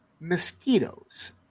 mosquitoes